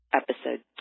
episode